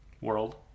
world